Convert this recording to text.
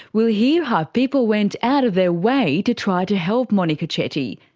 we'll hear how people went out of their way to try to help monika chetty,